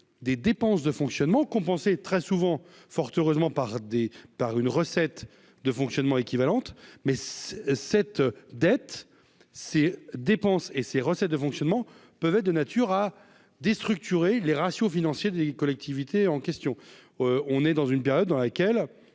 des dépenses de fonctionnement compensés très souvent fort heureusement par des par une recette de fonctionnement équivalentes, mais cette dette ses dépenses et ses recettes de fonctionnement peuvent être de nature à déstructurer les ratios financiers des collectivités en question, on est dans une période dans laquelle